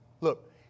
look